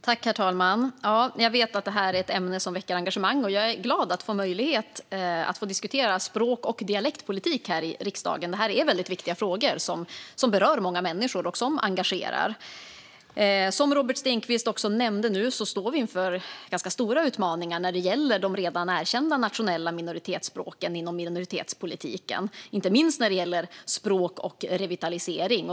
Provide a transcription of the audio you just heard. Herr talman! Ja, jag vet att det här är ett ämne som väcker engagemang, och jag är glad att få möjlighet att diskutera språk och dialektpolitik här i riksdagen. Det här är väldigt viktiga frågor som berör många människor och som engagerar. Som Robert Stenkvist nämnde står vi inför ganska stora utmaningar inom minoritetspolitiken när det gäller de redan erkända nationella minoritetsspråken, inte minst när det gäller språkrevitalisering.